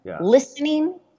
listening